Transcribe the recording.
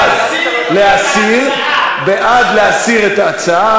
באורים-ותומים ישבו קודמיך ולפני השר גלעד ארדן והסבירו איך אין סיכוי,